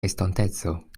estonteco